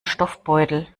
stoffbeutel